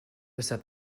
set